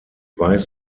weiß